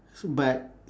so but